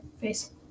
face